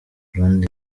burundi